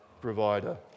provider